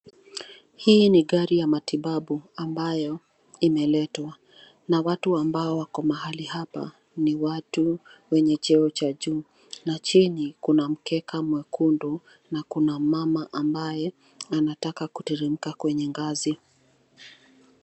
Hii ni gari ya matibabu ambayo imeletwa na watu ambao wako mahali hapa ni watu wenye cheo cha juu. Na chini kuna mkeka mwekundu na mama ambaye anataka kuteremka kwenye ngazi.